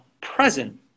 present